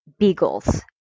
beagles